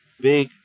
big